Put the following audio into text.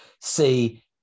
see